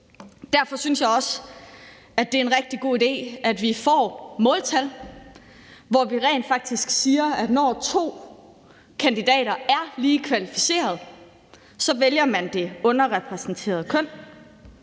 Derfor synes jeg også, at det er en rigtig god idé, at vi får måltal, hvor vi rent faktisk siger, at når to kandidater er lige kvalificerede, vælger man det underrepræsenterede køn.